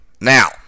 Now